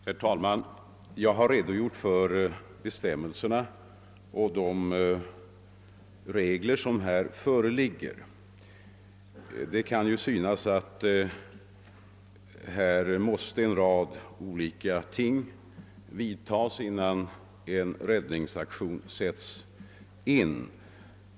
Herr talman! Jag har redogjort för de bestämmelser och regler som gäller. Det kan synas som om en rad åtgärder måste vidtas innan en räddningsaktion sätts in.